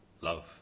love